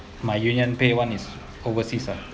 my UnionPay [one] is overseas ah